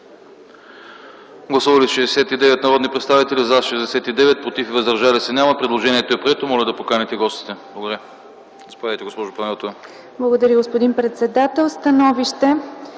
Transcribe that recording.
Гласували 89 народни представители: за 89, против и въздържали се няма. Предложението е прието. Моля, поканете гостите. ДОКЛАДЧИК